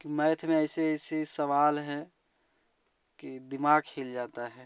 math में ऐसे ऐसे सवाल है की दिमाग हिल जाता है